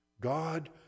God